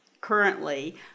currently